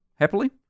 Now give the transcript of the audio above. Happily